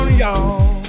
y'all